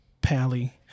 Pally